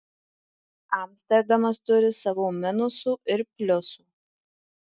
amsterdamas turi savų minusų ir pliusų